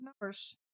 numbers